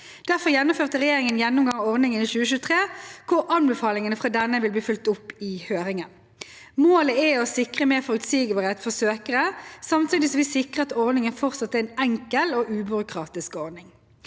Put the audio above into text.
Derfor gjennomførte regjeringen en gjennomgang av ordningen i 2023, hvor anbefalingene fra denne vil bli fulgt opp i høringen. Målet er å sikre mer forutsigbarhet for søkere samtidig som vi sikrer at ordningen fortsatt er enkel og ubyråkratisk.